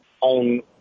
on